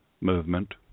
movement